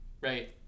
right